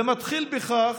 זה מתחיל בכך